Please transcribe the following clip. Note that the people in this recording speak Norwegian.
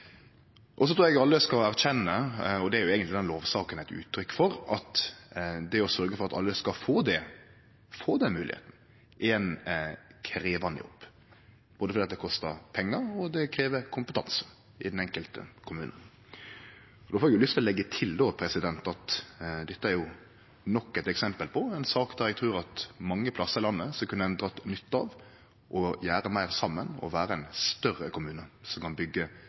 Så trur eg alle skal erkjenne – og det er eigentleg denne lovsaka eit uttrykk for – at det å sørgje for at alle skal få den moglegheita, er ein krevjande jobb, både fordi det kostar pengar, og fordi det krev kompetanse i den enkelte kommunen. Då får eg lyst til å leggje til at dette er nok eit eksempel på ei sak der eg trur at mange plassar i landet kunne ein dratt nytte av å gjere meir saman og vere ein større kommune som kan